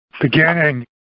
beginning